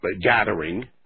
gathering